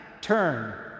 turn